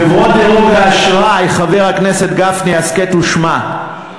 חברות דירוג האשראי, חבר הכנסת גפני, הסכת ושמע,